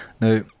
Now